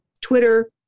Twitter